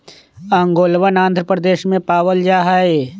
ओंगोलवन आंध्र प्रदेश में पावल जाहई